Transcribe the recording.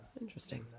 Interesting